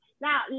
Now